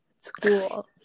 school